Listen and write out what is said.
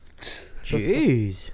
Jeez